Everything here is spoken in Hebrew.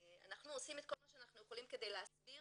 אנחנו עושים את כל מה שאנחנו יכולים כדי להסביר